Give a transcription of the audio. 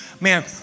man